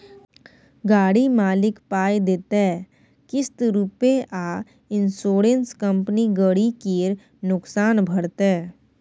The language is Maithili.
गाड़ी मालिक पाइ देतै किस्त रुपे आ इंश्योरेंस कंपनी गरी केर नोकसान भरतै